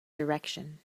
direction